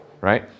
Right